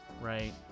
right